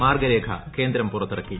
മാർഗ്ഗരേഖ് ക്ട്രേന്ദ്രം പുറത്തിറക്കി